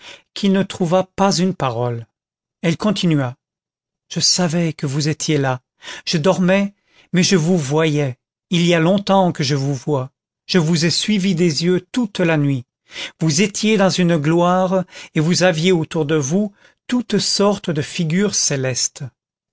qu'il ne trouva pas une parole elle continua je savais que vous étiez là je dormais mais je vous voyais il y a longtemps que je vous vois je vous ai suivi des yeux toute la nuit vous étiez dans une gloire et vous aviez autour de vous toutes sortes de figures célestes